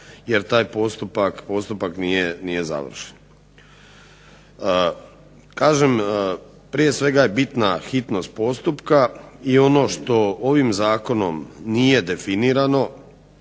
jer taj postupak nije završen. Kažem prije svega je bitna hitnost postupka i ono što ovim zakonom nije definirano